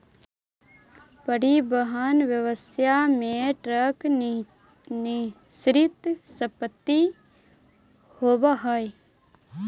परिवहन व्यवसाय में ट्रक निश्चित संपत्ति होवऽ हई